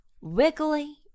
wiggly